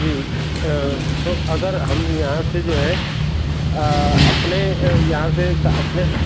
जी तो अगर हम यहाँ से जो है अपने यहाँ से स अपने